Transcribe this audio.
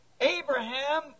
Abraham